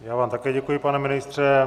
Já vám také děkuji, pane ministře.